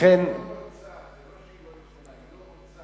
היא לא רוצה, זה לא שהיא לא יכולה.